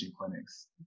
clinics